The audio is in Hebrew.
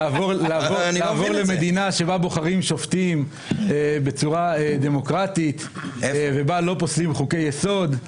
לראות מדינה בה בוחרים שופטים בצורה דמוקרטית ובה לא פוסלים חוקי יסוד.